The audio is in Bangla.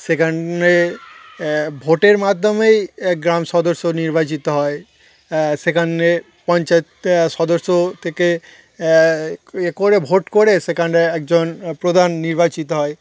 সেখানে ভোটের মাধ্যমেই গ্রাম সদস্য নির্বাচিত হয় সেখানে পঞ্চায়েত সদস্য থেকে এ করে ভোট করে সেখানে একজন প্রধান নির্বাচিত হয়